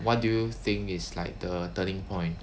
what do you think is like the turning point